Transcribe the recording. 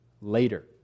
later